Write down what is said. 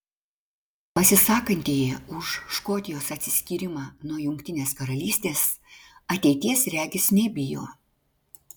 pasisakantieji už škotijos atsiskyrimą nuo jungtinės karalystės ateities regis nebijo